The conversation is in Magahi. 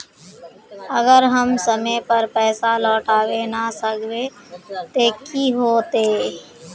अगर हम समय पर पैसा लौटावे ना सकबे ते की होते?